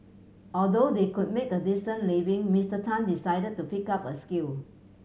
although they could make a decent living Mister Tan decided to pick up a skill